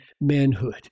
manhood